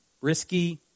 risky